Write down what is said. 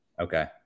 Okay